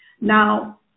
Now